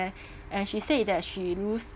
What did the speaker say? and she say that she lose